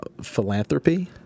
philanthropy